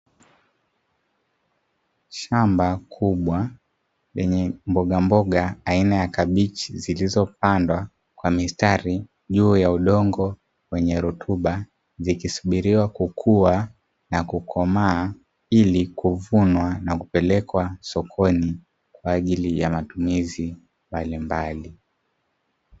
Shamba kubwa lenye mboga mboga aina ya kabichi zilizopandwa kwa mistari juu ya udongo wenye rutuba, zikisubiriwa kukua na kukomaaa ili kuvunwa na kupelekwa sokoni kwa ajili ya matumizi mbalimbali.